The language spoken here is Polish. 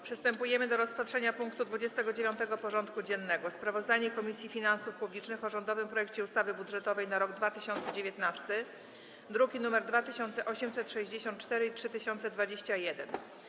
Przystępujemy do rozpatrzenia punktu 29. porządku dziennego: Sprawozdanie Komisji Finansów Publicznych o rządowym projekcie ustawy budżetowej na rok 2019 (druki nr 2864 i 3021)